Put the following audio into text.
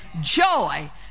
Joy